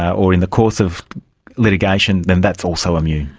or in the course of litigation then that's also immune?